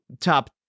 top